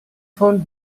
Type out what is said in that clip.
von